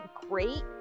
great